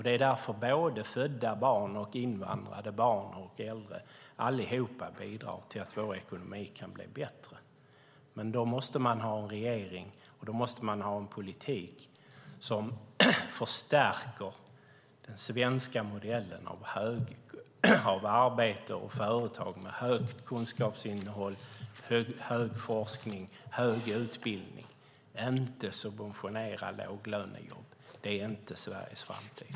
Det är därför både födda barn och invandrare, barn och äldre, allihop bidrar till att vår ekonomi kan bli bättre. Men då måste man ha en regering och en politik som förstärker den svenska modellen med arbete och företag med högt kunskapsinnehåll, hög nivå på forskning och hög utbildning och inte subventionera låglönejobb. Det är inte Sveriges framtid.